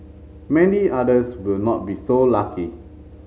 many others will not be so lucky